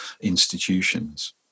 institutions